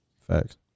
Facts